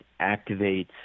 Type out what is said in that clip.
activates